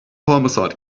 homicide